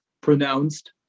pronounced